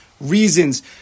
reasons